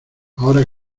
ahora